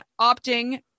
opting